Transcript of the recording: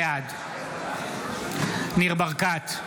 בעד ניר ברקת,